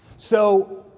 so,